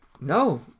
No